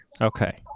Okay